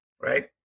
right